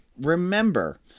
remember